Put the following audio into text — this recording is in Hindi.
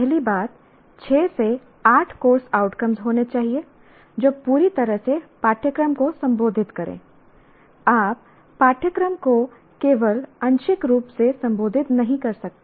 पहली बात 6 से 8 कोर्स आउटकम्स होने चाहिए जो पूरी तरह से पाठ्यक्रम को संबोधित करें आप पाठ्यक्रम को केवल आंशिक रूप से संबोधित नहीं कर सकते